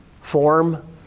form